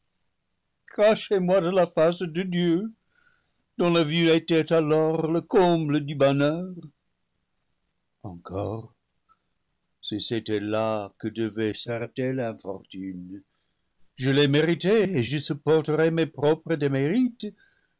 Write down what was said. cachez-moi de la face de dieu dont la vue était alors le comble du bonheur encore si c'était là que devait s'arrêter l'infortune je l'ai méritée et je supporterais mes propres démérites